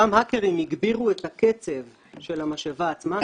אותם האקרים הגבירו את הקצב של המשאבה עצמה,